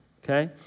Okay